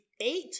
eight